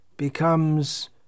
becomes